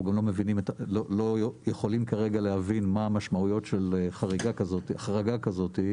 גם לא יכולים כרגע להבין מה המשמעויות של החרגה כזאת,